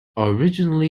originally